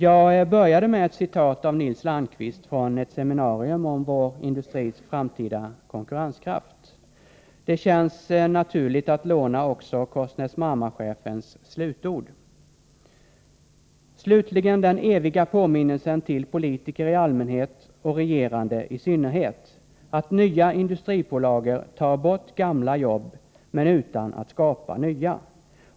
Jag började med ett citat av Nils Landqvist från ett seminarium om vår industris framtida konkurrenskraft. Det känns naturligt att låna också Korsnäs-Marma-chefens slutord: ”Slutligen den eviga påminnelsen till politiker i allmänhet och regerande i synnerhet att nya industripålagor tar bort gamla jobb — men utan att skapa nya.